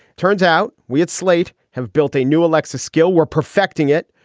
turns out we at slate have built a new aleksa skill. we're perfecting it.